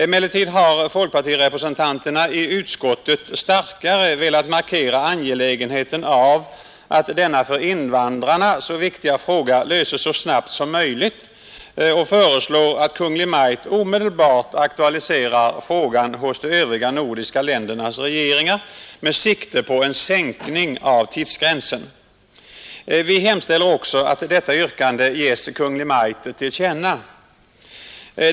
Emellertid har folkpartirepresentanterna i utskottet starkare velat markera angelägenheten av att denna för invandrarna så viktiga fråga löses så snabbt som möjligt och föreslår att Kungl. Maj:t omedelbart aktualiserar frågan hos de övriga nordiska ländernas regeringar med sikte på en sänkning av tidsgränsen. Vi hemställer också att detta yrkande ges Kungl. Maj:t till känna.